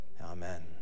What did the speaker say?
amen